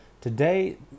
today